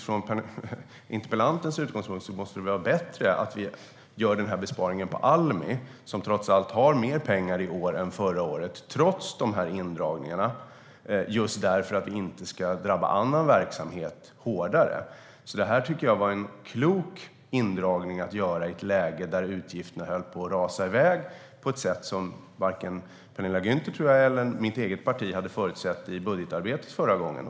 Från interpellantens utgångspunkt måste det vara bättre att vi gör denna besparing på Almi, som har mer pengar i år än förra året trots dessa indragningar, just för att det inte ska drabba annan verksamhet hårdare. Därför tycker jag att detta var en klok indragning att göra i ett läge då utgifterna höll på att dra iväg på ett sätt som jag tror att varken Penilla Gunther eller mitt eget parti hade förutsett i budgetarbetet förra gången.